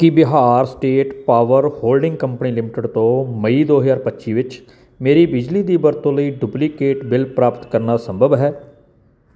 ਕੀ Bihar state power holding company limited ਤੋਂ ਮਈ ਦੋ ਹਜ਼ਾਰ ਪੱਚੀ ਵਿੱਚ ਮੇਰੀ ਬਿਜਲੀ ਦੀ ਵਰਤੋਂ ਲਈ ਡੁਪਲੀਕੇਟ ਬਿੱਲ ਪ੍ਰਾਪਤ ਕਰਨਾ ਸੰਭਵ ਹੈ